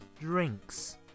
drinks